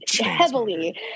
heavily